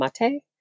Mate